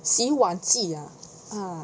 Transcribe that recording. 洗碗剂 ah ah